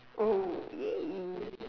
oh ya